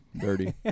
Dirty